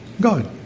God